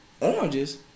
oranges